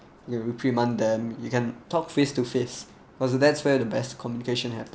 you reprimand them you can talk face to face so that's where the best communication happens